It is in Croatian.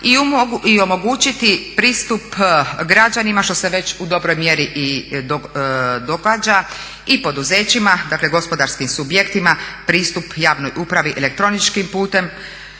i omogućiti pristup građanima što se već u dobroj mjeri i događa i poduzećima, dakle gospodarskim subjektima pristup javnoj upravi elektroničkim putem.